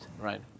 right